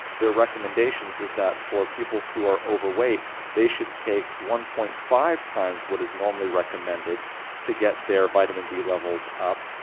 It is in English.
their recommendations is that for people who are overweight they should take one point five times what is normally recommended to get their vitamin d levels up,